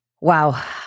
Wow